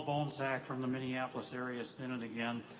bohnsack from the minneapolis area synod again.